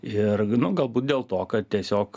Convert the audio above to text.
ir gnu galbūt dėl to kad tiesiog